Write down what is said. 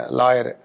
lawyer